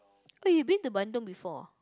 oh you been to Bandung before ah